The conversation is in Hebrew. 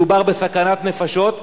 מדובר בסכנת נפשות.